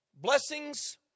blessings